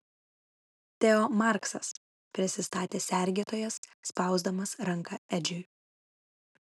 teo marksas prisistatė sergėtojas spausdamas ranką edžiui